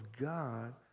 God